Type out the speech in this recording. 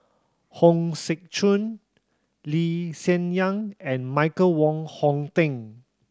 Hong Sek Chern Lee Hsien Yang and Michael Wong Hong Teng